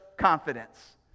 confidence